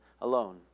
alone